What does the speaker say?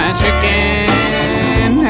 chicken